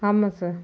ஆமாம் சார்